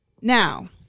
Now